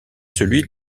celui